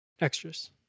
extras